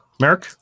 Merrick